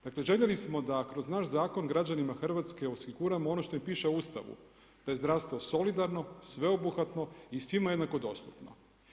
Dakle, željeli smo da kroz naš zakon građanima Hrvatske osiguramo ono što i piše u Ustavu, da je zdravstvo solidarno, sveobuhvatno i svima jednako dostupno.